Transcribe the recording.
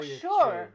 sure